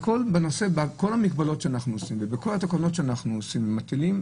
כל המגבלות שאנחנו עושים ובכל התקנות שאנחנו מתקינים,